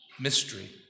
mystery